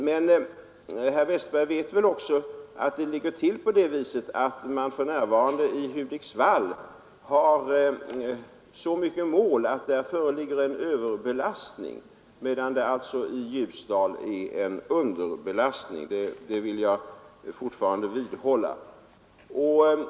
Men herr Westberg vet väl också att man för närvarande i Hudiksvall har så många mål att där föreligger en överbelastning, medan det i Ljusdal är en underbelastning — det vill jag vidhålla.